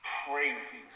crazy